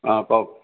অ' কওক